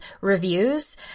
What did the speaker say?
Reviews